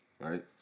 right